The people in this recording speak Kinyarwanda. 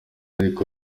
ariko